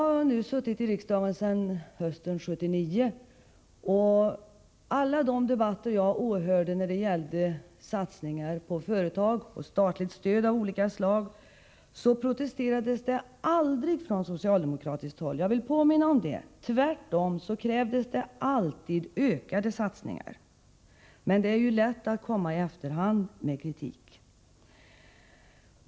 Jag har suttit i riksdagen sedan 1979, och under alla de debatter som jag åhörde när det gällde satsningar på företag och statligt stöd av olika slag protesterades det aldrig från socialdemokratiskt håll. Jag vill påminna om det. Tvärtom krävdes det alltid ökade satsningar. Men det är ju lätt att komma i efterhand med kritik.